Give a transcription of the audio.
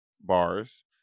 bars